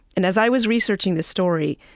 and as i was researching this story,